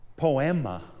poema